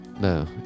No